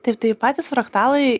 taip tai patys fraktalai